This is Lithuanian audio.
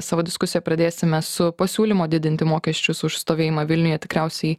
savo diskusiją pradėsime su pasiūlymo didinti mokesčius už stovėjimą vilniuje tikriausiai